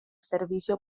servicio